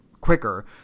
quicker